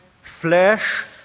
flesh